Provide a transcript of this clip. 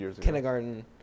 kindergarten